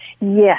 Yes